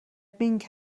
بینگ